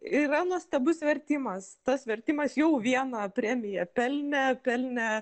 yra nuostabus vertimas tas vertimas jau vieną premiją pelnė pelnė